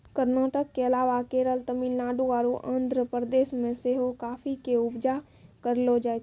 कर्नाटक के अलावा केरल, तमिलनाडु आरु आंध्र प्रदेश मे सेहो काफी के उपजा करलो जाय छै